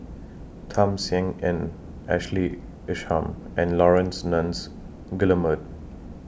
Tham Sien Yen Ashley Isham and Laurence Nunns Guillemard